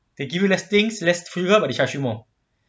they give you less things less sugar but they charge you more